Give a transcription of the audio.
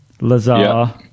Lazar